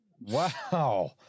Wow